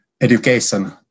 education